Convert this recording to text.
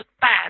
bad